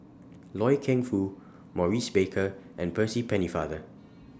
Loy Keng Foo Maurice Baker and Percy Pennefather